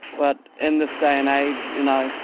but in this day and age, you know,